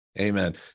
Amen